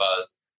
buzz